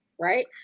right